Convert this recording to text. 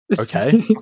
Okay